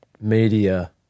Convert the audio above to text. media